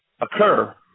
occur